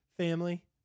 Family